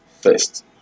first